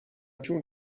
چون